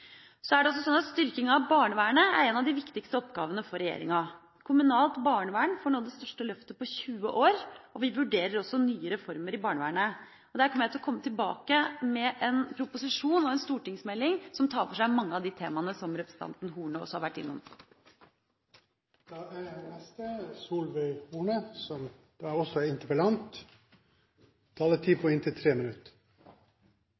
Styrking av barnevernet er en av de viktigste oppgavene for regjeringa. Kommunalt barnevern får nå det største løftet på 20 år, og vi vurderer også nye reformer i barnevernet. Jeg vil komme tilbake med en proposisjon og en stortingsmelding som tar for seg mange av de temaene som representanten Horne også har vært innom.